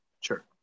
Sure